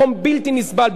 בחום בלתי נסבל,